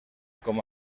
com